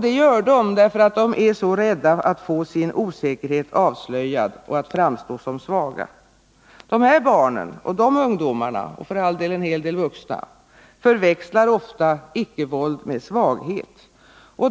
De gör det därför att de är så rädda att få sin osäkerhet avslöjad och att framstå som svaga. Dessa barn och dessa ungdomar — och för all del även en hel del vuxna — förväxlar ofta icke-våld med svaghet.